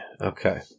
Okay